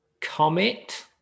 comet